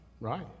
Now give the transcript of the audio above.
right